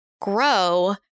grow